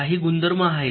काही गुणधर्म आहेत